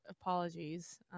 Apologies